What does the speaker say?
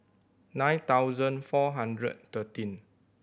nine thousand four hundred thirteen